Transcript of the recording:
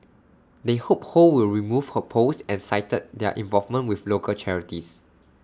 they hope ho will remove her post and cited their involvement with local charities